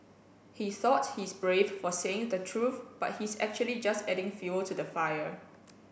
he thought he's brave for saying the truth but he's actually just adding fuel to the fire